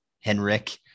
henrik